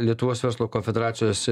lietuvos verslo konfederacijos